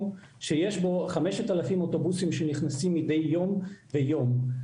שיש בו 5,000 אוטובוסים שנכנסים מדי יום ויום.